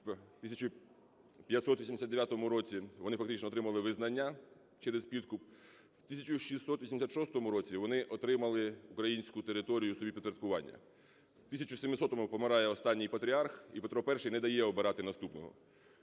у 1589 році, вони фактично отримали визнання через підкуп. У 1686 році вони отримали українську територію у своє підпорядкування. У 1700-му помирає останній патріарх і ПетроІ не дає обирати наступного.